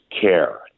care